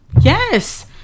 Yes